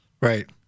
Right